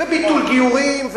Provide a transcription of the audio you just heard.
וביטול גיורים,